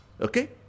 Okay